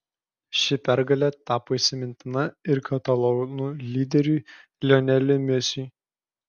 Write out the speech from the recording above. ši pergalė tapo įsimintina ir katalonų lyderiui lioneliui messi